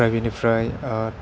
ओमफ्राय बेनिफ्राय